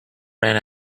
ran